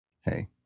hey